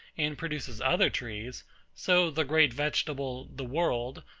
and produces other trees so the great vegetable, the world,